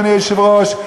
אדוני היושב-ראש,